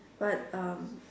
but um